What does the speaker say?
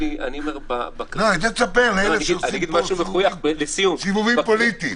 ספר את זה לאלה שעושים פה סיבובים פוליטיים.